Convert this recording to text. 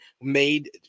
made